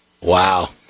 Wow